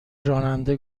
راننده